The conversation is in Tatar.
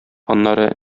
аннары